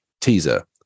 teaser